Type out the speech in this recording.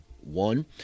one